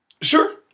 sure